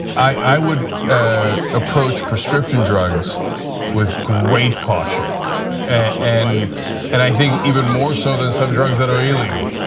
i would ah approach prescription drugs with great caution and and i think even more so than some drugs that are illegal.